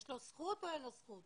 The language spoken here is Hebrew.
יש לו זכות או אין לו זכות?